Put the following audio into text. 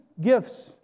gifts